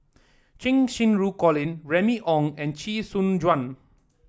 Cheng Xinru Colin Remy Ong and Chee Soon Juan